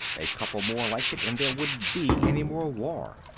a couple more like it and there wouldn't be any more war.